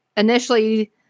initially